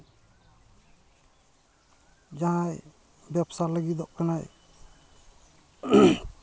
ᱡᱟᱦᱟᱸᱭ ᱵᱮᱵᱽᱥᱟ ᱞᱟᱹᱤᱫᱚᱜ ᱠᱟᱱᱟᱭ